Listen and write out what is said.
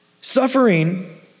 Suffering